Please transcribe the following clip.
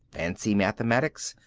fancy mathematics,